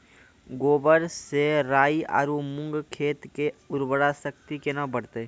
गोबर से राई आरु मूंग खेत के उर्वरा शक्ति केना बढते?